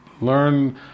learn